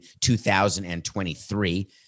2023